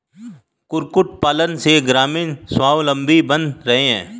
कुक्कुट पालन से ग्रामीण स्वाबलम्बी बन रहे हैं